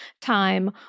time